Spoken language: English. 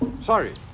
Sorry